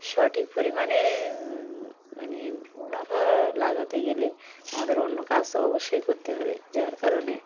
সঠিক পরিমাণে মানে মুনাফা লাগাতে গেলে আমাদের অন্য কাজ তো অবশ্যই করতে হবে যার কারণে